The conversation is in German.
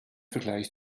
vergleich